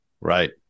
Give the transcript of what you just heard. Right